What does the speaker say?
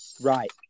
right